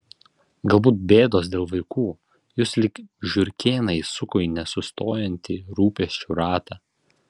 galbūt bėdos dėl vaikų jus lyg žiurkėną įsuko į nesustojantį rūpesčių ratą